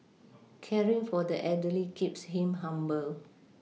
caring for the elderly keeps him humble